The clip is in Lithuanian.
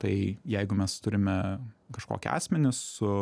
tai jeigu mes turime kažkokį asmenį su